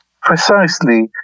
precisely